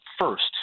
first